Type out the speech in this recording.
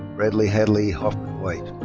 hadley hadley hofmann-white.